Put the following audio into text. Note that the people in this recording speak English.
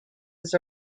its